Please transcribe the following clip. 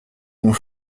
ont